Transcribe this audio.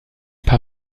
paar